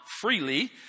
freely